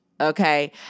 Okay